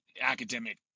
academic